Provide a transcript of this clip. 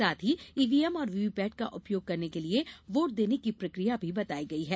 साथ ही ईवीएम और वीवीपैट का उपयोग करने के लिये वोट देने की प्रक्रिया भी बताई गई है